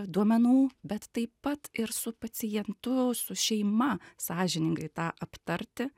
duomenų bet taip pat ir su pacientu su šeima sąžiningai tą aptarti